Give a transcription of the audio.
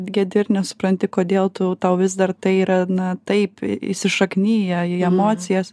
gedi ir nesupranti kodėl tu tau vis dar tai yra na taip įsišakniję į emocijas